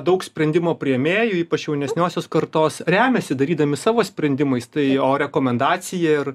daug sprendimo priėmėjų ypač jaunesniosios kartos remiasi darydami savo sprendimais tai o rekomendacija ir